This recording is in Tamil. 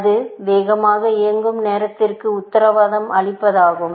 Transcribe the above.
இது வேகமாக இயங்கும் நேரத்திற்கு உத்தரவாதம் அளிப்பதாகும்